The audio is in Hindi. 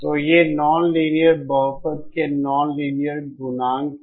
तो ये नॉनलीनियर बहुपद के नॉनलीनियर गुणांक हैं